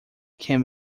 can